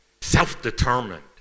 self-determined